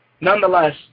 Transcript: nonetheless